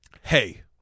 Hey